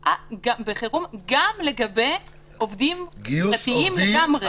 בחירום אפילו לגבי עובדים פרטיים לגמרי.